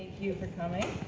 you for coming.